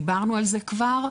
דיברנו על זה כבר.